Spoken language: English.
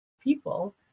people